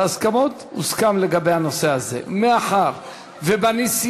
הוסכם לגבי הנושא הזה, מאחר שבנשיאות